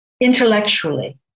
intellectually